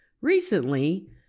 recently